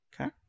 Okay